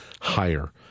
higher